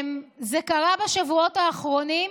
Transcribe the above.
זה קרה בשבועות האחרונים.